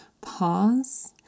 pause